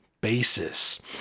basis